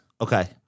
Okay